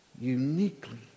uniquely